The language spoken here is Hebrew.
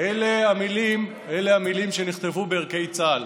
אלה המילים שנכתבו בערכי צה"ל.